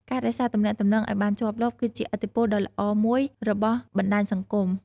ការរក្សាទំនាក់ទំនងឲ្យបានជាប់លាប់គឺជាឥទ្ធិពលដ៏ល្អមួយរបស់បណ្ដាញសង្គម។